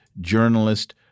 journalist